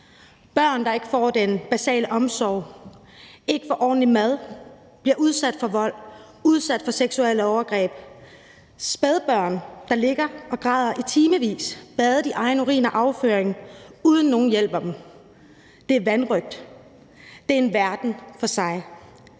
børn, der ikke får den basale omsorg, ikke får ordentlig mad, bliver udsat for vold, udsat for seksuelle overgreb. Det er spædbørn, der ligger og græder i timevis, badet i egen urin og afføring, uden at nogen hjælper dem. Det er vanrøgt. Det er en verden for sig.